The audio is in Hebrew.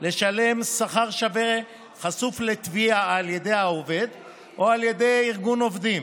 לשלם שכר שווה חשוף לתביעה על ידי העובד או על ידי ארגון עובדים.